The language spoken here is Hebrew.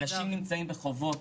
אנשים נמצאים בחובות.